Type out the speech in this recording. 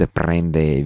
prende